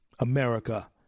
America